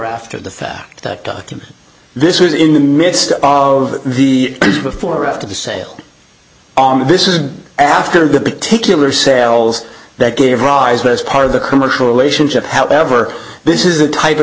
after the fact that this was in the midst of the before or after the sale on this is after the particular sales that gave rise was part of the commercial relationship however this is a type of